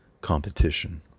competition